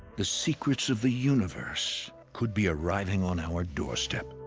the secrets of the universe could be arriving on our doorstep.